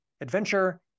adventure